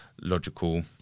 logical